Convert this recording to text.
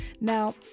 Now